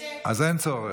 אז אין צורך.